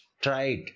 tried